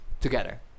together